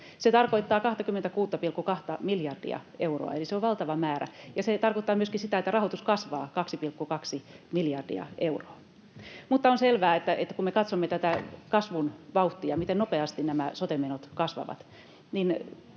Se tarkoittaa 26,2:ta miljardia euroa, eli se on valtava määrä, ja se tarkoittaa myöskin sitä, että rahoitus kasvaa 2,2 miljardia euroa. Mutta on selvää, että kun me katsomme tätä kasvun vauhtia, miten nopeasti sote-menot kasvavat,